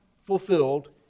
fulfilled